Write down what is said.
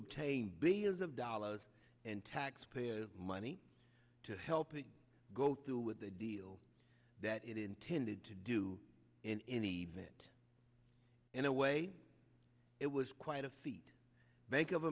bales of dollars in taxpayer money to help it go through with the deal that it intended to do in the event in a way it was quite a feat bank of